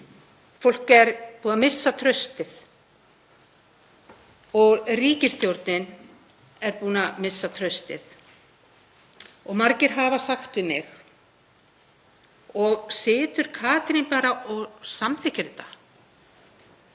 Fólk er búið að missa traustið og ríkisstjórnin er búin að missa traustið og margir hafa sagt við mig: Og situr Katrín bara og samþykkir þetta?